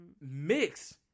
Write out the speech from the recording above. Mix